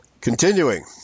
Continuing